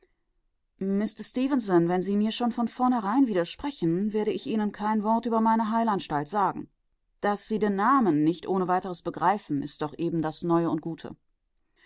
wenn sie mir schon von vornherein widersprechen werde ich ihnen kein wort über meine heilanstalt sagen daß sie den namen nicht ohne weiteres begreifen ist doch eben das neue und gute